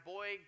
Boy